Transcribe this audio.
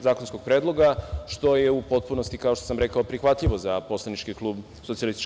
zakonskog predloga, što je u potpunosti, kao što sam rekao, prihvatljivo za poslanički klub SPS.